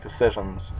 decisions